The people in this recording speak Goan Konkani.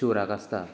शिवराक आसतात